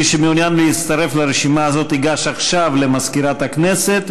מי שמעוניין להצטרף לרשימה הזאת ייגש עכשיו למזכירת הכנסת,